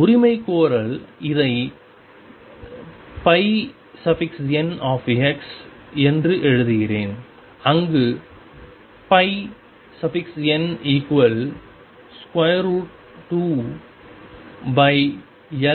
உரிமைகோரல் இதை n என எழுதுகிறேன் அங்கு n2LsinnπxL